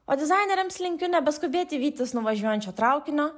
o dizaineriams linkiu neskubėti vytis nuvažiuojančio traukinio